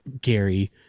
Gary